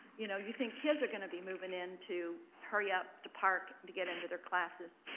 you know, you think kids are going to be moving in to hurry up to park, to get into their classes.